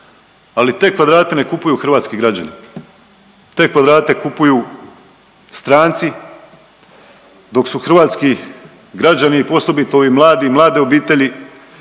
ali te kvadrate ne kupuju hrvatski građani. Te kvadrate kupuju stranci, dok su hrvatski građani, osobito ovi mladi i mlade obitelji,